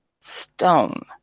stone